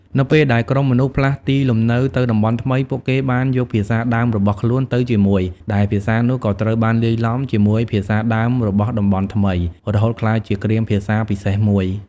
នៅពេលដែលក្រុមមនុស្សផ្លាស់ទីលំនៅទៅតំបន់ថ្មី ពួកគេបានយកភាសាដើមរបស់ខ្លួនទៅជាមួយ ដែលភាសានោះក៏ត្រូវបានលាយឡំ ជាមួយនឹងភាសាដើមរបស់តំបន់ថ្មី រហូតក្លាយជាគ្រាមភាសាពិសេសមួយ។